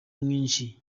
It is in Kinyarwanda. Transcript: mwinshi